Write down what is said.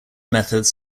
methods